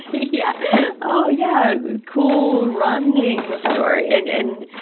yeah oh, yeah, cool runnings or, and and